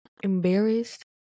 embarrassed